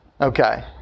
Okay